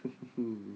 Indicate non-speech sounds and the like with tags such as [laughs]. [laughs]